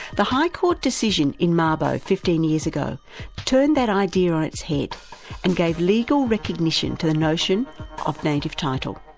the high court decision in mabo fifteen years ago turned that idea on its head and gave legal recognition to the notion of native title.